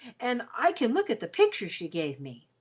and i can look at the picture she gave me.